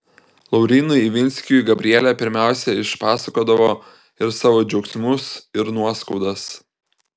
laurynui ivinskiui gabrielė pirmiausia išpasakodavo ir savo džiaugsmus ir nuoskaudas